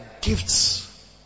gifts